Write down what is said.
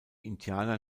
indianer